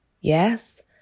Yes